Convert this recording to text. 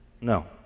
No